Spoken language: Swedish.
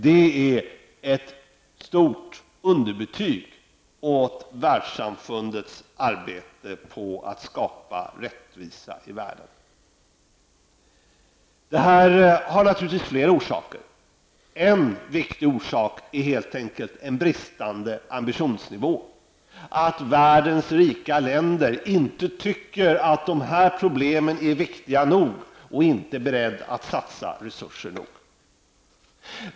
Det är ett stort underbetyg åt världssamfundets arbete på att skapa rättvisa i världen. Det här har naturligtvis flera orsaker. En viktig orsak är helt enkelt en bristande ambitionsnivå. Världens rika länder tycker inte att de här problemen är viktiga nog och är inte beredda att satsa resurser nog.